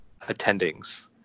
attendings